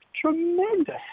Tremendous